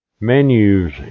menus